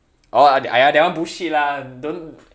oh !aiya! that one bullshit lah don't